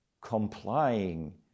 complying